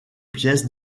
pièce